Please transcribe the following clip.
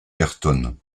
ayrton